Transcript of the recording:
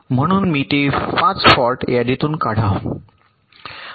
म्हणून मी ते 5 फॉल्ट यादीतून काढा